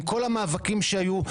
עם כל המאבקים שהיו,